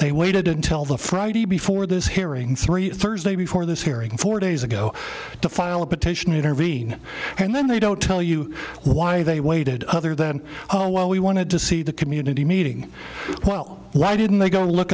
they waited until the friday before this hearing three thursday before this hearing four days ago to file a petition intervene and then they don't tell you why they waited other than why we wanted to see the community meeting well why didn't they go